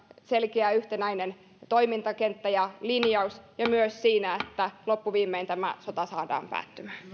selkeä yhtenäinen toimintakenttä ja linjaus myös siinä että loppuviimein tämä sota saadaan päättymään